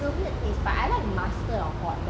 it's a weird taste but I like mustard on hot dog